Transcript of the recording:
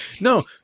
No